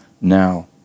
now